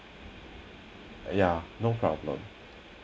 yeah no problem